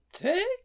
Take